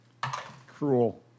Cruel